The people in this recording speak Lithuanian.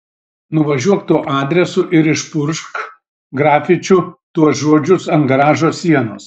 nuvažiuok tuo adresu ir išpurkšk grafičiu tuos žodžius ant garažo sienos